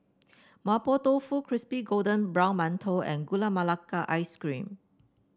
Mapo Tofu Crispy Golden Brown Mantou and Gula Melaka Ice Cream